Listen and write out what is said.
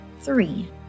three